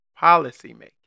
policymaking